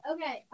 Okay